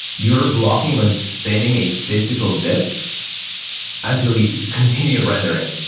you're blocking on spinning a physical disk until you can continue rendering.